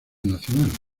nacional